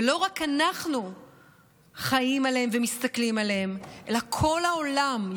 ולא רק אנחנו חיים עליהם ומסתכלים עליהם אלא כל העולם,